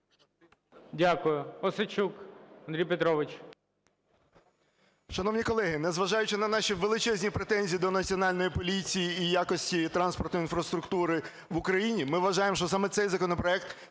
Дякую. Осадчук Андрій Петрович.